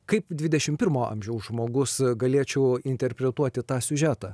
kaip dvidešimt pirmo amžiaus žmogus galėčiau interpretuoti tą siužetą